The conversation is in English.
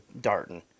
Darton